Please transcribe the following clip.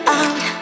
out